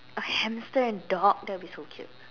a hamster and dog that would be so cute